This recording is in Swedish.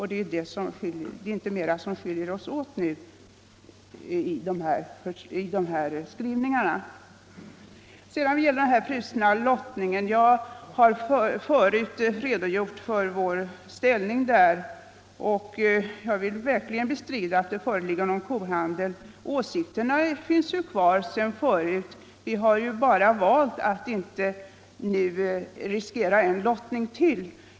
Det är således inte mer som skiljer sig i våra skrivningar. Vad sedan gäller den frusna lottningen har jag förut redogjort för vår inställning i den frågan. Jag vill verkligen bestrida att någon kohandel skett. Åsikterna finns kvar sedan tidigare. Vi har bara valt att inte riskera ännu en lottning.